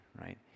right